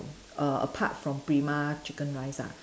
err apart from Prima chicken rice ah